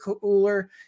cooler